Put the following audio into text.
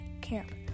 Camp